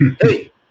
Hey